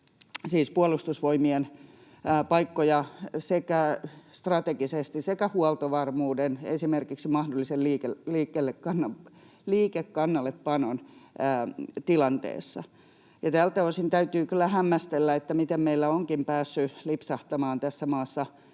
meidän Puolustusvoimien paikkoja strategisesti sekä huoltovarmuuden kannalta, esimerkiksi mahdollisen liikekannallepanon tilanteessa. Tältä osin täytyy kyllä hämmästellä, miten meillä ovatkin päässeet lipsahtamaan tässä maassa